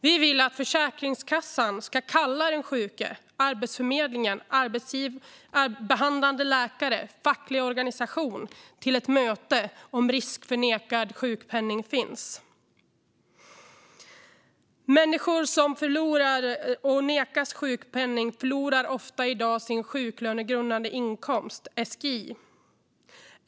Vi vill att Försäkringskassan ska kalla den sjuke, Arbetsförmedlingen, arbetsgivare, behandlande läkare och facklig organisation till ett möte om risk för nekad sjukpenning finns. Människor som nekas sjukpenning förlorar ofta i dag sin sjuklönegrundande inkomst, SGI.